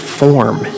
form